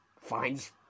finds